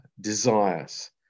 desires